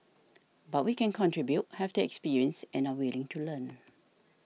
but we can contribute have the experience and are willing to learn